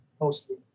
mostly